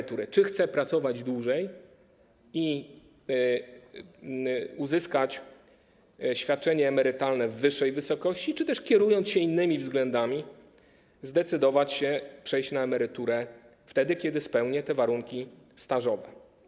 Od pracownika zależy, czy chce pracować dłużej i uzyskać świadczenie emerytalne w wyższej wysokości, czy też, kierując się innymi względami, zdecyduje się przejść na emeryturę wtedy, kiedy spełni warunki stażowe.